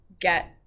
get